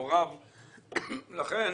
לכן,